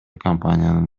компаниянын